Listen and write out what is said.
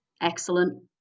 Excellent